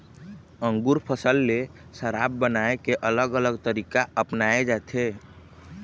अंगुर फसल ले शराब बनाए के अलग अलग तरीका अपनाए जाथे